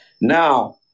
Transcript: Now